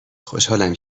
خوشحالم